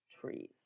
trees